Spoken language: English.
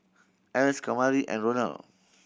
Else Kamari and Ronald